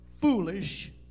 foolish